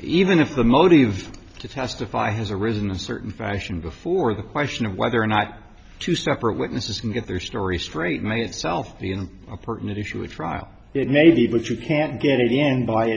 even if the motive to testify has arisen a certain fashion before the question of whether or not to separate witnesses and get their story straight may itself be in a pertinent issue a trial it may be but you can't get it in by